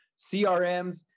CRMs